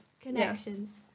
Connections